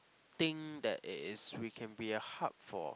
thing that it is we can be a hub for